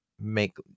make